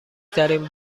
ترین